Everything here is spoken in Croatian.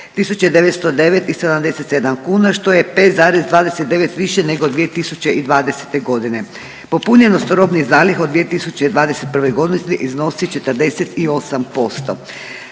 909 i 77 kuna što je 5,29 više nego 2020.g. Popunjenost robnih zaliha u 2021.g. iznosi 48%.